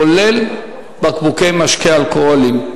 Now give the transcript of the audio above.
כולל בקבוקי משקה אלכוהוליים.